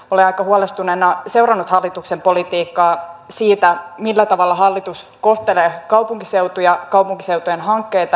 olen aika huolestuneena seurannut hallituksen politiikkaa siinä millä tavalla hallitus kohtelee kaupunkiseutuja kaupunkiseutujen hankkeita